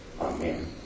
Amen